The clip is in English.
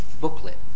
booklet